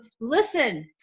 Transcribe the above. listen